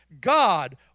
God